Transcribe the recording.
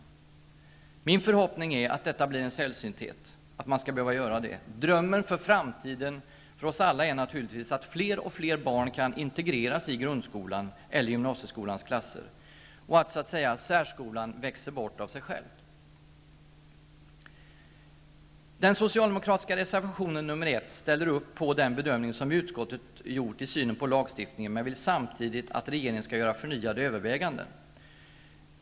Min förhoppning är att detta blir en sällsynthet. Drömmen för framtiden för oss alla är naturligtvis att fler och fler barn skall kunna integreras i grundskolans eller gymnasieskolans klasser och att särskolan så att säga växer bort av sig själv. I den socialdemokratiska reservationen 1 ställer man sig bakom den bedömning som utskottet har gjort i synen på lagstiftningen, men man vill samtidigt att regeringen skall göra förnyade överväganden.